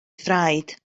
thraed